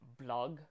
blog